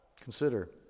consider